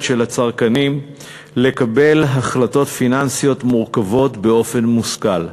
של הצרכנים לקבל החלטות פיננסיות מורכבות באופן מושכל,